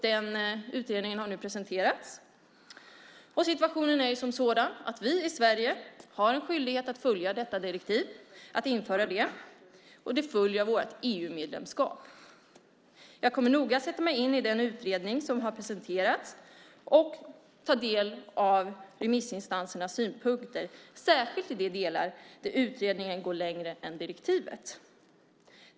Den utredningen har nu presenterats. Situationen är den att vi i Sverige har en skyldighet att följa direktivet, att införa det, vilket följer av vårt EU-medlemskap. Jag kommer att noga sätta mig in i den utredning som presenterats och ta del av remissinstansernas synpunkter, särskilt i de delar där utredningen går längre än direktivet.